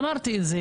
אמרתי את זה,